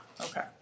Okay